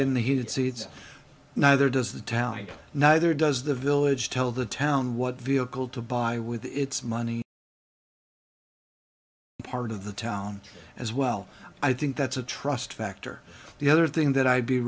get in heated seats neither does the town neither does the village tell the town what vehicle to buy with it's money part of the town as well i think that's a trust factor the other thing that i